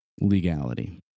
legality